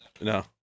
No